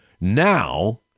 Now